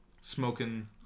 Smoking